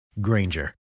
Granger